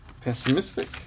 pessimistic